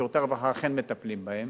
ושירותי הרווחה אכן מטפלים בהם,